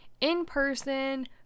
in-person